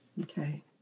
Okay